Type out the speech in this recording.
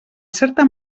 certa